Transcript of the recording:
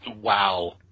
wow